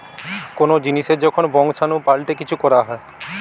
কোন জিনিসের যখন বংশাণু পাল্টে কিছু করা হয়